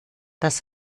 das